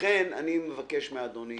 לכן אני מבקש מאדוני